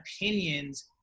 opinions